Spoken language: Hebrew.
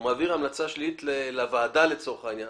היא מעביר המלצה שלילית לוועדה לצורך העניין.